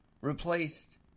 replaced